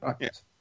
Yes